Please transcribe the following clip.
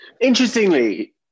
Interestingly